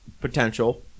potential